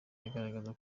agaragaza